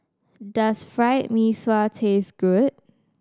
does Fried Mee Sua taste good